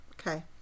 okay